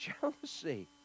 jealousy